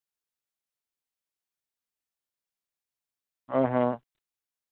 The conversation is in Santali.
ᱦᱮᱸ ᱦᱮᱸ